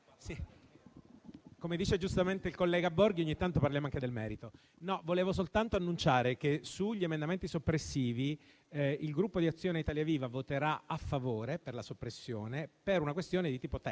come dice giustamente il collega Borghi, ogni tanto parliamo anche nel merito. Vorrei soltanto annunciare che sugli emendamenti soppressivi il Gruppo Azione-Italia Viva voterà a favore per la soppressione per una questione di tipo tecnico.